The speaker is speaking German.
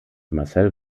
marcel